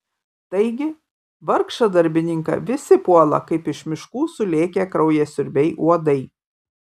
taigi vargšą darbininką visi puola kaip iš miškų sulėkę kraujasiurbiai uodai